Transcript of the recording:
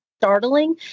startling